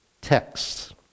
texts